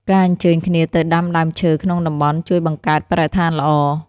ការអញ្ជើញគ្នាទៅដាំដើមឈើក្នុងតំបន់ជួយបង្កើតបរិស្ថានល្អ។